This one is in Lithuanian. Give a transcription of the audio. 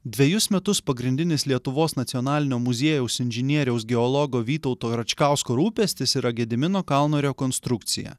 dvejus metus pagrindinis lietuvos nacionalinio muziejaus inžinieriaus geologo vytauto račkausko rūpestis yra gedimino kalno rekonstrukcija